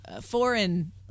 foreign